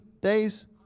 days